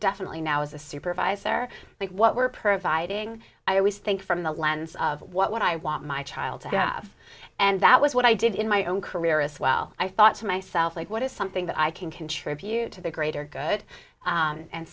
definitely now as a supervisor i think what we're providing i always think from the lens of what i want my child to have and that was what i did in my own career as well i thought to myself like what is something that i can contribute to the greater good